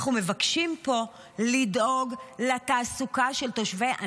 אנחנו מבקשים פה לדאוג לתעסוקה של תושבי הנגב.